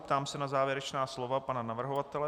Ptám se na závěrečná slovo pana navrhovatele.